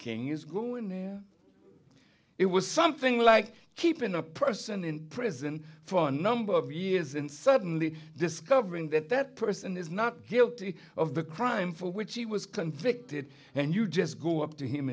is it was something like keeping a person in prison for a number of years and suddenly discovering that that person is not guilty of the crime for which he was convicted and you just go up to him